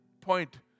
point